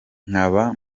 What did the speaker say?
nkaba